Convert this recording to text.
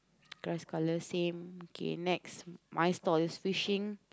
grass colour same okay next my stall is fishing